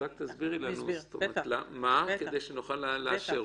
רק תסבירי לנו מה, כדי שנוכל לאשר